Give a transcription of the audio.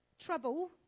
Trouble